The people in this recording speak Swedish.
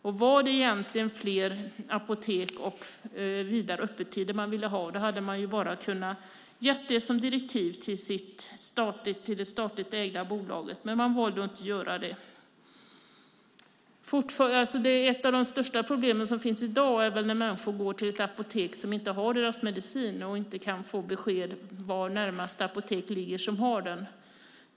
Var det egentligen fler apotek och vidare öppettider man ville ha hade man ju bara kunnat ge det som direktiv till det statligt ägda bolaget. Men man valde att inte göra det. Ett av de största problemen i dag är väl när människor går till ett apotek som inte har deras medicin och de inte kan få besked om var närmaste apotek ligger som har den medicinen.